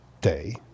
day